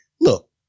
look